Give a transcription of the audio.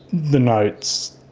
the notes